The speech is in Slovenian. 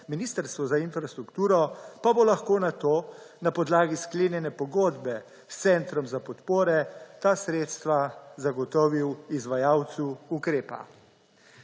ministrstvo za infrastrukturo pa bo lahko nato na podlagi sklenjene pogodbe s centrom za podpore ta sredstva zagotovil izvajalcu ukrepa.